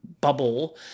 bubble